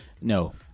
No